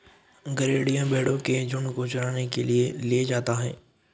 गरेड़िया भेंड़ों के झुण्ड को चराने के लिए ले जाता है